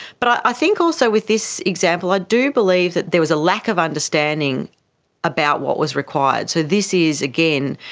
but i i think also with this example i do believe that there was a lack of understanding about what was required. so this is, again,